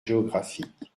géographiques